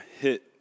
hit